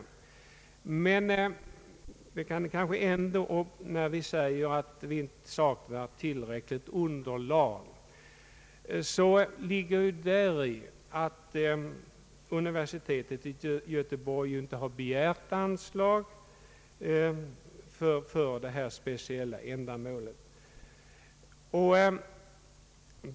Men när utskottet säger att det inte anser sig ha tillräckligt underlag för att tillstyrka yrkandet i föreliggande motioner, lig ger däri att universitetet i Göteborg inte har begärt anslag för detta speciella ändamål.